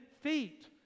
feet